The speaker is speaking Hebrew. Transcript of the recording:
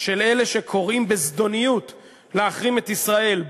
של אלה שקוראים בזדוניות להחרים את ישראל,